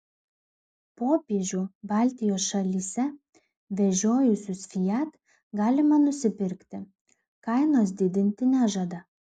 popiežių baltijos šalyse vežiojusius fiat galima nusipirkti kainos didinti nežada